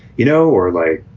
you know, or like